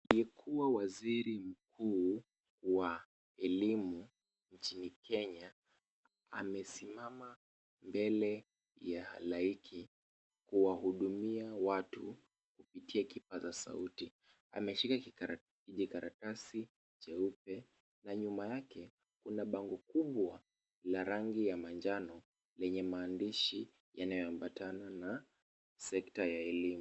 Aliyekuwa waziri mkuu wa elimu nchini Kenya, amesimama mbele ya halaiki, kuwahudumia watu kupitia kipaza sauti, ameshika kijikaratasi cheupe na nyuma yake kuna bango kubwa la rangi ya manjano, lenye maandishi yanayoambatana na sekta ya elimu.